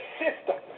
system